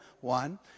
one